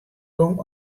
gong